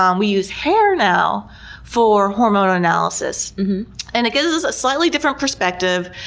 um we use hair now for hormone analysis and it gives us a slightly different perspective.